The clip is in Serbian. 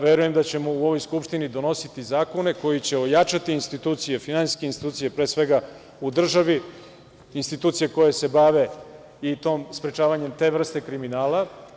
Verujem da ćemo u ovoj Skupštini donositi zakone koji će ojačati finansijske institucije, pre svega, u državi, institucije koje se bave i sprečavanja te vrste kriminala.